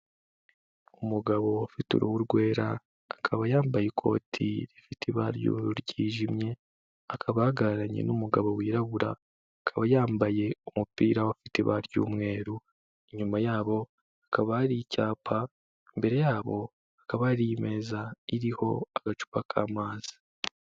Umugabo ufite uruhu rwera akaba yambaye ikoti rifite ibara ry'ubururu ryijimye. Akaba ahagararanye n'umugabo wirabura. Akaba yambaye umupira ufite ibara ry'umweru. Inyuma yabo hakaba hari icyapa. Imbere yabo hakaba hari imeza iriho agacupa k'amazi.